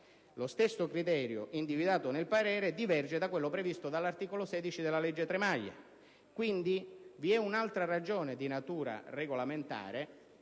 Lo stesso criterio individuato nel parere diverge da quello previsto dall'articolo 16 della cosiddetta legge Tremaglia. Vi è quindi un'altra ragione di natura regolamentare.